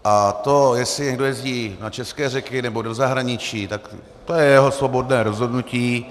A to, jestli někdo jezdí na české řeky, nebo do zahraničí, to je jeho svobodné rozhodnutí.